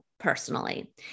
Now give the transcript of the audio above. personally